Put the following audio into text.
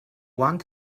want